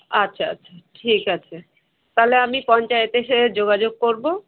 আচ্ছা আচ্ছা ঠিক আছে তাহলে আমি পঞ্চায়েত এসে যোগাযোগ করবো